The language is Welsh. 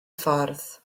ffordd